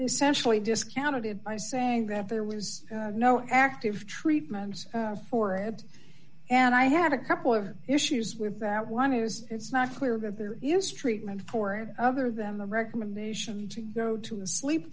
essentially discounted it by saying that there was no active treatments for it and i have a couple of issues with that one is it's not clear that there is treatment for it other than the recommendation to go to a sleep